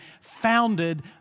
founded